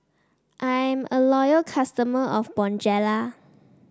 I'm a loyal customer of Bonjela